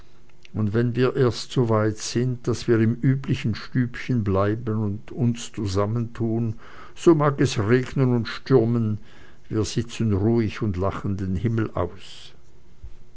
und wenn wir erst so weit sind daß wir im stübchen bleiben und uns zusammentun so mag es regnen und stürmen wir sitzen ruhig und lachen den himmel aus